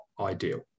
ideal